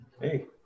Hey